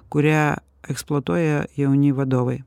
kurią eksploatuoja jauni vadovai